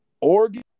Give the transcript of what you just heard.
Oregon